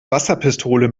wasserpistole